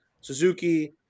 Suzuki